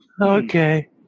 Okay